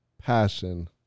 passion